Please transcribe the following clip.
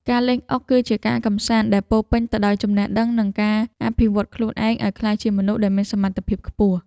ការលេងអុកគឺជាការកម្សាន្តដែលពោរពេញទៅដោយចំណេះដឹងនិងការអភិវឌ្ឍខ្លួនឯងឱ្យក្លាយជាមនុស្សដែលមានសមត្ថភាពខ្ពស់។